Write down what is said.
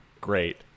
Great